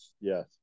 Yes